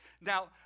Now